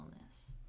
illness